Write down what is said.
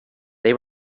they